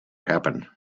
happen